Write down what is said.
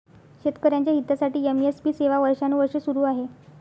शेतकऱ्यांच्या हितासाठी एम.एस.पी सेवा वर्षानुवर्षे सुरू आहे